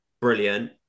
brilliant